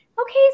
Okay